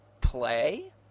play